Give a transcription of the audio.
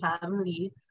family